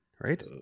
right